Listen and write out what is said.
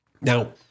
Now